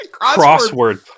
crossword